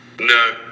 no